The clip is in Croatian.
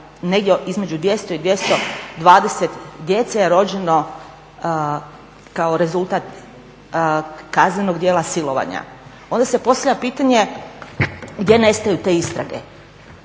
negdje između 200 i 220 djece je rođeno kao rezultat kaznenog djela silovanja. Onda se postavlja pitanje gdje nestaju te istrage,